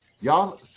Y'all